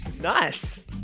nice